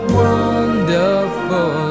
wonderful